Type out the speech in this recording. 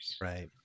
Right